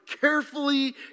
carefully